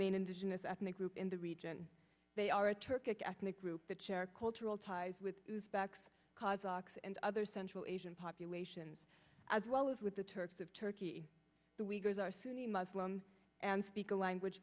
main indigenous ethnic group in the region they are a turk ethnic group the chair cultural ties with backs cause ox and other central asian populations as well as with the turks of turkey the weavers are sunni muslim and speak a language